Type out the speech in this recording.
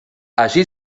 allí